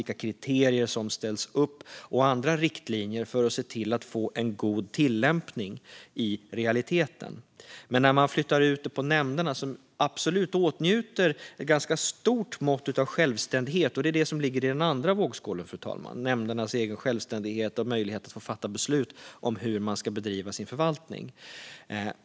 Det handlar om vilka kriterier och andra riktlinjer som ska gälla för att man ska få en god tillämpning i realiteten. I den andra vågskålen ligger nämndernas egen självständighet och möjlighet att fatta beslut om hur de ska bedriva sin förvaltning.